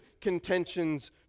contentions